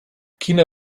quina